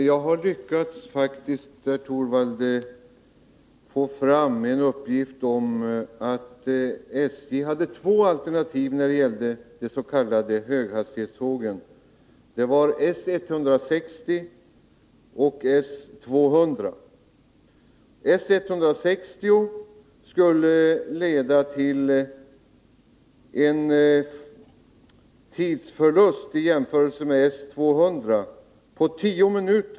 Herr talman! Jag har faktiskt lyckats få fram en uppgift om att SJ hade två alternativ när det gällde det s.k. höghastighetståget, det var S160 och S200.